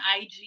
IG